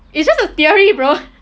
it's just a theory bro